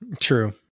True